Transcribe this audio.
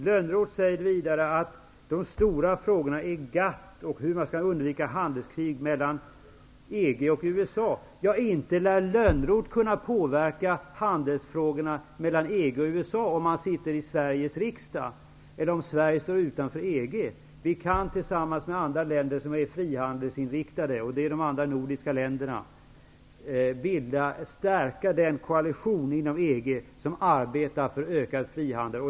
Lönnroth säger vidare att de stora frågorna är GATT och hur man skall undvika handelskrig mellan EG och USA. Ja, inte lär Johan Lönnroth kunna påverka handelsfrågorna mellan EG och USA om han sitter i Sveriges riksdag eller om Sverige står utanför EG. Vi kan tillsammans med andra länder som är frihandelsinriktade, och det är de andra nordiska länderna, stärka den koalition inom EG som arbetar för ökad frihandel.